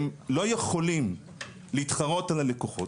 הם לא יכולים להתחרות על הלקוחות.